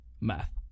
math